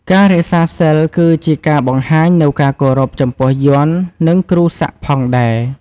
ការរក្សាសីលគឺជាការបង្ហាញនូវការគោរពចំពោះយ័ន្ត និងគ្រូសាក់ផងដែរ។